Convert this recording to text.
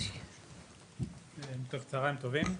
צהרים טובים.